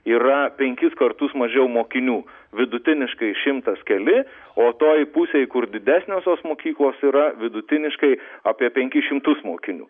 yra penkis kartus mažiau mokinių vidutiniškai šimtas keli o tojoj pusėj kur didesniosios mokyklos yra vidutiniškai apie penkis šimtus mokinių